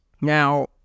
Now